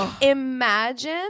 imagine